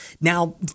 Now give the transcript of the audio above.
now